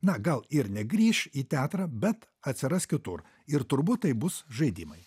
na gal ir negrįš į teatrą bet atsiras kitur ir turbūt tai bus žaidimai